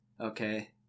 okay